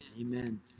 Amen